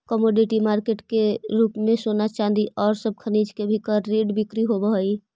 commodity market के रूप में सोना चांदी औउर सब खनिज के भी कर्रिड बिक्री होवऽ हई